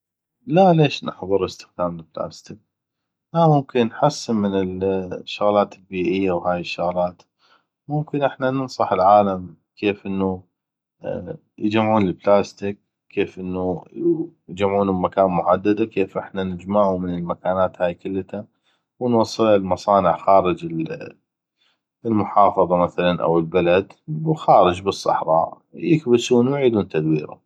لا ليش نحظر استخدام البلاستك لا ممكن نحسن من شغلات البيئية وهاي الشغلات وممكن احنا ننصح العالم كيف انو يجمعون البلاستك كيف انو يجمعونو بمكان محدده كيف احنا نجمعو من هاي المكانات كلته ونوصله لمصانع خارج المحافظة مثلا أو البلد خارج بالصحراء يكبسونو ويعيدون تدويرو